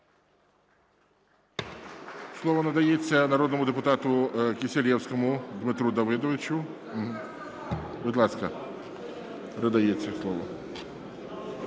Слово надається народному депутату Кисилевському Дмитру Давидовичу. Будь ласка, надається слово.